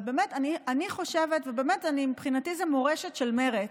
אבל באמת, מבחינתי זו מורשת של מרצ,